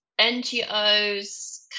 NGOs